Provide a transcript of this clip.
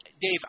Dave